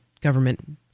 government